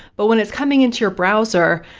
but when it's coming into your browser,